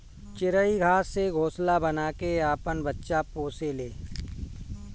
चिरई घास से घोंसला बना के आपन बच्चा पोसे ले